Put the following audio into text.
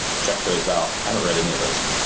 check those out. i haven't read any of those.